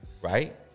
right